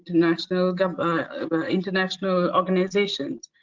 international kind of ah international organizations,